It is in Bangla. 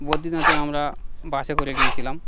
বদ্রিনাথে আমরা বাসে করে গিয়েছিলাম